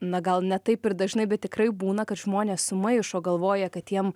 na gal ne taip ir dažnai bet tikrai būna kad žmonės sumaišo galvoja kad jiem